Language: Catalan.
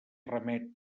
remet